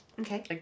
Okay